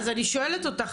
אז אני שואלת אותך,